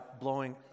blowing